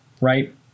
right